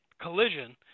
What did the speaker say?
collision